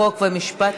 חוק ומשפט.